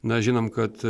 na žinom kad